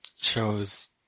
chose